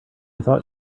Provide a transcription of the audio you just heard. thought